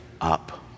up